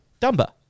dumba